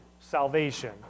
salvation